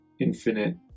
infinite